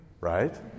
right